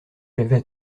j’avais